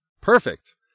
perfect